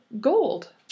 gold